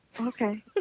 okay